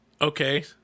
okay